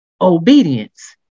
obedience